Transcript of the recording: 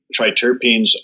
Triterpenes